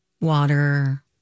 water